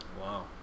Wow